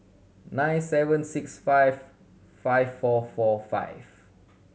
nine seven six five five four four five